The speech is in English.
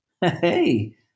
Hey